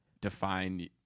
define